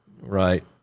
right